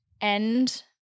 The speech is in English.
end